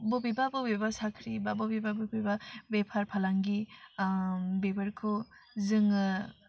बबेबा बबेबा साख्रि बा बबेबा बबेबा बेफार फालांगि बिफोरखौ जोङो